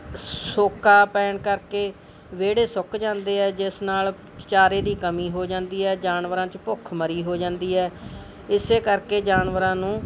ਸੋਕਾ ਪੈਣ ਕਰਕੇ ਵਿਹੜੇ ਸੁੱਕ ਜਾਂਦੇ ਹੈ ਜਿਸ ਨਾਲ ਚਾਰੇ ਦੀ ਕਮੀ ਹੋ ਜਾਂਦੀ ਹੈ ਜਾਨਵਰਾਂ ਚ ਭੁੱਖ ਮਰੀ ਹੋ ਜਾਂਦੀ ਹੈ ਇਸ ਕਰਕੇ ਜਾਨਵਰਾਂ ਨੂੰ